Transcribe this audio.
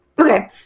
Okay